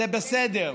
זה בסדר.